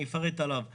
אפרט עליו בהמשך,